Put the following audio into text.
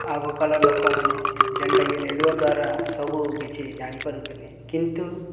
ଆଗ କାଲର୍ ଲୋକମାନେ ଯେନ୍ଟାକି ରେଡ଼ିଓ ଦ୍ୱାରା ସବୁ କିଛି ଜାଣିପାରୁଥିଲେ କିନ୍ତୁ